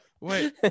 Wait